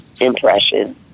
impression